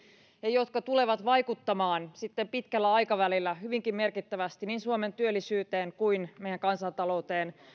ja jotka tulevat vaikuttamaan sitten pitkällä aikavälillä hyvinkin merkittävästi niin suomen työllisyyteen kuin meidän kansantalouteen